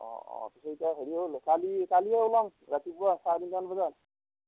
অ' অ' পিছে এতিয়া হেৰি ও কালি কালিয়ে উলাও ৰাতিপুৱা চাৰে তিনিটামান বজাত